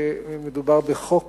מדובר בחוק